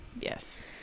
Yes